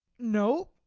no,